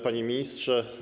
Panie Ministrze!